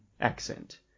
accent